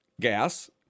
gas